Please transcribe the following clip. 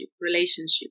relationship